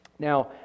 Now